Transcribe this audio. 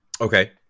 Okay